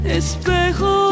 espejo